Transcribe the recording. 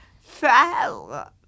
fell